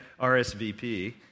RSVP